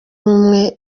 ubumwe